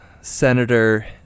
senator